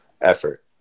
effort